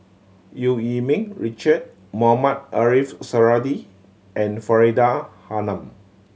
Eu Yee Ming Richard Mohamed Ariff Suradi and Faridah Hanum